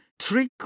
trick